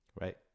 right